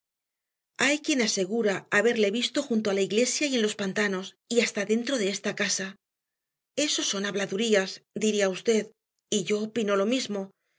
hay quien asegura haberle visto junto a la iglesia y en los pantanos y hasta dentro de esta casa eso son habladurías diría usted y yo opino lo mismo